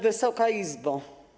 Wysoka Izbo!